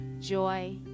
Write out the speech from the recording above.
joy